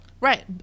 Right